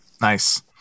Nice